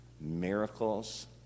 Miracles